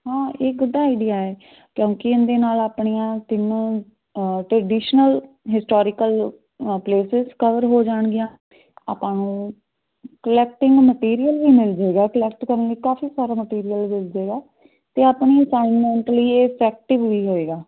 ਹਾਂ ਇਹ good idea ਹੈ ਕਿਉਂਕਿ ਇਹਦੇ ਨਾਲ ਆਪਣੀਆਂ ਤਿੰਨੋ ਟਰਡੀਸ਼ਨਲ ਹਿਸਟੋਰੀਕਲ ਪਲੇਸਿਸ ਕਵਰ ਹੋ ਜਾਣਗੀਆਂ ਆਪਾਂ ਨੂੰ ਕੁਲੈਕਟਿੰਗ ਮਟੀਰੀਅਲ ਵੀ ਮਿਲ ਜਾਉਗਾ ਕੁਲੈਕਟ ਕਰਨ ਲਈ ਕਾਫੀ ਸਾਰਾ ਮਟੀਰੀਅਲ ਵੀ ਮਿਲਜੇਗਾ ਅਤੇ ਆਪਣੀ ਅਸਾਈਮੈਂਟ ਲਈ ਇਹ ਇਫੈਕਟਿਵ ਵੀ ਹੋਏਗਾ